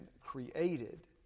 created